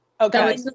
Okay